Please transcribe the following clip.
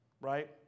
right